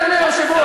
אדוני היושב-ראש,